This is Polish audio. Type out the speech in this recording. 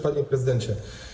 Panie Prezydencie!